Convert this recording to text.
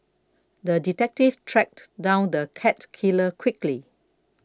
the detective tracked down the cat killer quickly